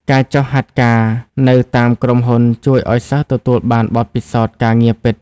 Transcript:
ការចុះហាត់ការនៅតាមក្រុមហ៊ុនជួយឱ្យសិស្សទទួលបានបទពិសោធន៍ការងារពិត។